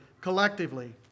collectively